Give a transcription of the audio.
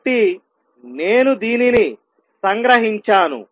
కాబట్టి నేను దీనిని సంగ్రహించాను